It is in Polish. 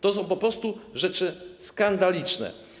To są po prostu rzeczy skandaliczne.